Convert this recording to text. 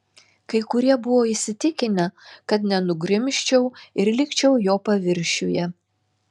kai kurie buvo įsitikinę kad nenugrimzčiau ir likčiau jo paviršiuje